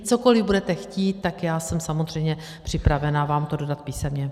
Cokoliv budete chtít, tak jsem samozřejmě připravena vám to dodat písemně.